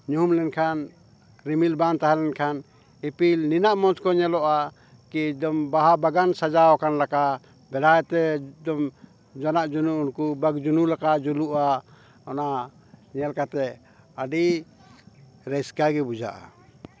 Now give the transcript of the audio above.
ᱧᱩᱦᱩᱢ ᱞᱮᱱᱠᱷᱟᱱ ᱨᱤᱢᱤᱞ ᱵᱟᱝ ᱛᱟᱦᱮᱸ ᱞᱮᱱᱠᱷᱟᱱ ᱤᱯᱤᱞ ᱱᱤᱱᱟᱹᱜ ᱢᱚᱡᱽ ᱠᱚ ᱧᱮᱞᱚᱜᱼᱟ ᱠᱤ ᱵᱟᱦᱟ ᱵᱟᱜᱟᱱ ᱥᱟᱡᱟᱣ ᱟᱠᱟᱱ ᱞᱮᱠᱟ ᱵᱮᱲᱦᱟᱭᱛᱮ ᱡᱚᱱᱟᱜ ᱡᱚᱱᱩ ᱩᱱᱠᱩ ᱵᱟᱜ ᱡᱩᱱᱩ ᱞᱮᱠᱟ ᱡᱩᱞᱩᱜᱼᱟ ᱚᱱᱟ ᱧᱮᱞ ᱠᱟᱛᱮ ᱟᱹᱰᱤ ᱨᱟᱹᱥᱠᱟᱹᱜᱮ ᱵᱩᱡᱷᱟᱹᱜᱼᱟ